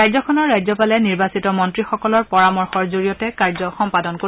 ৰাজ্যখনৰ ৰাজ্যপালে নিৰ্বাচিত মন্ত্ৰীসকলৰ পৰামৰ্শৰ জৰিয়তে কাৰ্য সম্পাদন কৰিব